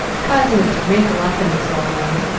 causing it to wrinkle up in a droll way,